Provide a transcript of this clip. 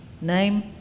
name